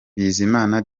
bizimana